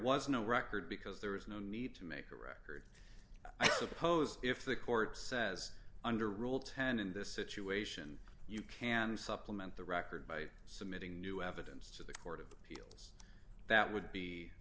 was no record because there is no need to make a record i suppose if the court says under rule ten in this situation you can supplement the record by submitting new evidence to the court of appeal that would be